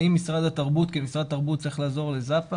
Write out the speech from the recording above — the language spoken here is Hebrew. האם משרד התרבות כמשרד תרבות צריך לעזור לזאפה?